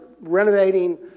renovating